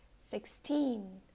sixteen